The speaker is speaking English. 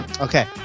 Okay